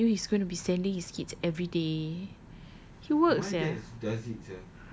how sure are you he's gonna be sending his kids everyday he works sia